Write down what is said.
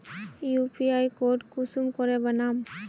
UPI code कुंसम करे बनाम?